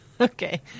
Okay